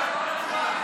תודה על שמחה של חצי דקה.